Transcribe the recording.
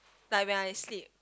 like when I sleep